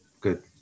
Good